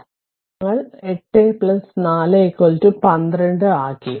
അതും ഞങ്ങൾ 8 4 12 ആക്കി